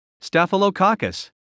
staphylococcus